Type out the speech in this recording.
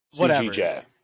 CGJ